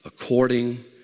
According